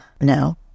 no